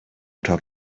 talk